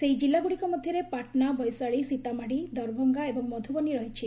ସେହି ଜିଲ୍ଲାଗୁଡ଼ିକ ମଧ୍ୟରେ ପାଟନା ବୈଶାଳୀ ସୀତାମାଢ଼ି ଦରଭଙ୍ଗା ଏବଂ ମଧୁବନୀ ରହିଛି